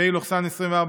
פ/2386/24,